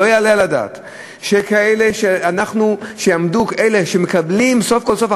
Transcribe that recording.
לא יעלה על הדעת שאלה שמקבלים סוף כל סוף,